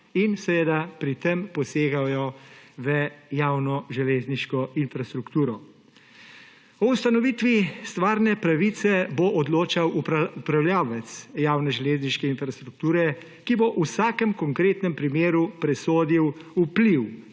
in seveda pri tem posegajo v javno železniško infrastrukturo. O ustanovitvi stvarne pravice bo odločal upravljavec javne železniške infrastrukture, ki bo v vsakem konkretnem primeru presodil vpliv